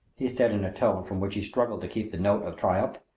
he said in a tone from which he struggled to keep the note of triumph.